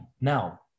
Now